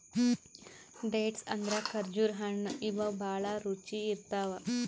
dates ಅಂದ್ರ ಖರ್ಜುರ್ ಹಣ್ಣ್ ಇವ್ ಭಾಳ್ ರುಚಿ ಇರ್ತವ್